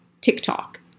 TikTok